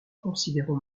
considérons